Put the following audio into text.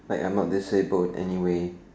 like I'm not disabled anyway